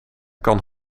kan